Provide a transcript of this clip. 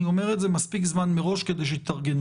אני אומר את זה מספיק זמן מראש כדי שתתארגנו.